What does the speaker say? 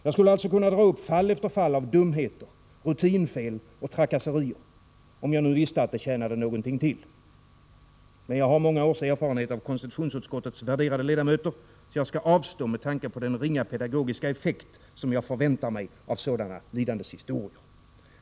Jag skulle kunna ta upp fall efter fall av dumheter, rutinfel och trakasserier - om jag visste att det tjänade någonting till. Men jag har många års erfarenhet av konstitutionsutskottets värderade ledamöter, så jag skall avstå med tanke på den ringa pedagogiska effekt som jag förväntar mig av sådana lidandeshistorier.